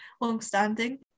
long-standing